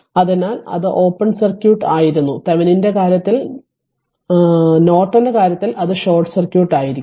അതിനാൽ അത് open circuit ആയിരുന്നു തെവെനിന്റെ കാര്യത്തിൽ നോർട്ടന്റെ കാര്യത്തിൽ അത് ഷോർട്ട് സർക്യൂട്ട് ആയിരിക്കും